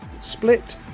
split